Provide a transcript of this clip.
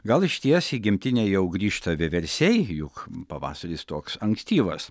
gal išties į gimtinę jau grįžta vieversiai juk pavasaris toks ankstyvas